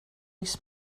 oes